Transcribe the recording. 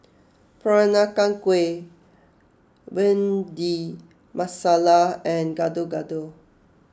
Peranakan Kueh Bhindi Masala and Gado Gado